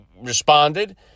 responded